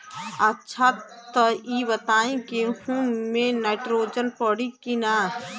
अच्छा त ई बताईं गेहूँ मे नाइट्रोजन पड़ी कि ना?